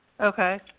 Okay